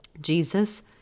jesus